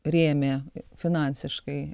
rėmė finansiškai